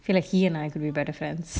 feel like he and I could be better friends